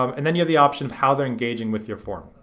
um and then you have the option of how they're engaging with your form.